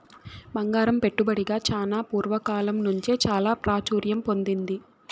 బంగారం పెట్టుబడిగా చానా పూర్వ కాలం నుంచే చాలా ప్రాచుర్యం పొందింది